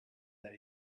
that